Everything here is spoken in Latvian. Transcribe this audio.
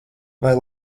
vai